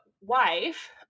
wife